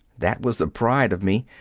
that was the pride of me.